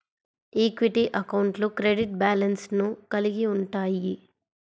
equity అకౌంట్లు credit బ్యాలెన్స్లను కలిగి ఉంటయ్యి